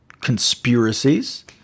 conspiracies